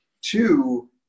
Two